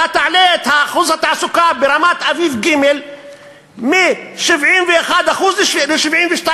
אתה תעלה את אחוז התעסוקה ברמת-אביב ג' מ-71% ל-72%.